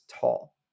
tall